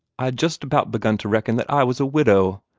i'd just about begun to reckon that i was a widow,